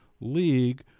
league